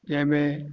जंहिंमें